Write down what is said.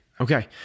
Okay